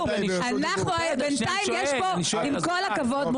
עם כל הכבוד,